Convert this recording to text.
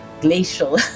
glacial